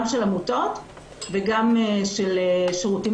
גם השירותים של העמותות וגם של שירותים